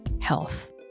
health